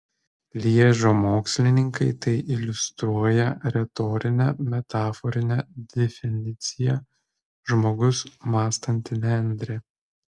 lježo mokslininkai tai iliustruoja retorine metaforine definicija žmogus mąstanti nendrė